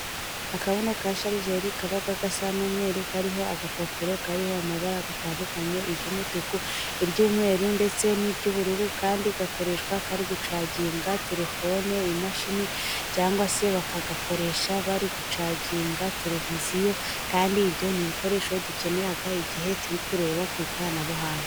Akabuno ka sharijeri kaba gasa n'umweru, kariho agapapuro kariho amabara atandukanye iry'umutuku, iry'umweru ndetse n'iry'ubururu kandi gakoreshwa, kari gucaginga terefone, imashini cyangwa se bakagakoresha, bari gucaginga tereviziyo kandi ibyo ni ibikoresho dukenera, igihe turi kureba ku ikoranabuhanga.